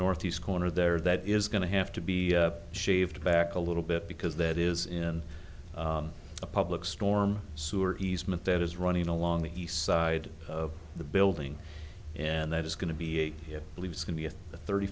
northeast corner there that is going to have to be shaved back a little bit because that is in a public storm sewer easement that is running along the east side of the building and that is going to be a believes can be a thirty